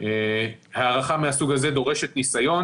הערכה מהסוג הזה דורשת ניסיון.